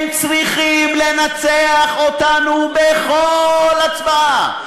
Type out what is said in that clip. הם צריכים לנצח אותנו בכל הצבעה,